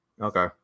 Okay